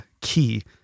key